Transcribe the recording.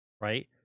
right